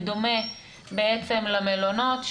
בדומה בעצם למלונות,